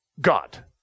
God